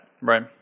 Right